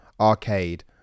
arcade